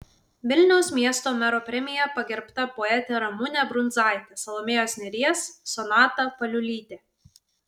vilniaus miesto mero premija pagerbta poetė ramunė brundzaitė salomėjos nėries sonata paliulytė